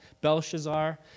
Belshazzar